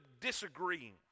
disagreeing